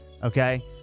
Okay